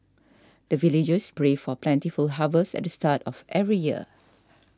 the villagers pray for plentiful harvest at the start of every year